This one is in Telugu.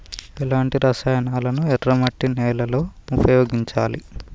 ఎలాంటి రసాయనాలను ఎర్ర మట్టి నేల లో ఉపయోగించాలి?